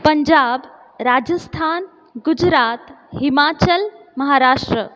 Punjab Rajasthan Gujarat Himachal Maharashtra